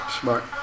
Smart